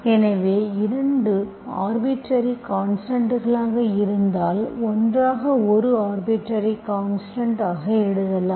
எனவே இரண்டும் ஆர்பிட்டர்ரி கான்ஸ்டன்ட்களாக இருந்தால் ஒன்றாக ஒரு ஆர்பிட்டர்ரி கான்ஸ்டன்ட் ஆக எழுதலாம்